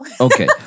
Okay